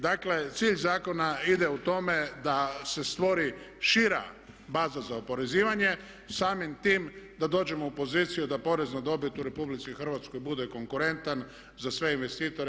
Dakle, cilj zakona ide u tome da se stvori šira baza za oporezivanje, samim time da dođemo u poziciju da porez na dobit u RH bude konkurentan za sve investitore.